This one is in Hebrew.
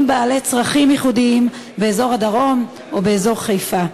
בעלי צרכים ייחודיים באזור הדרום או באזור חיפה.